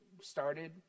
started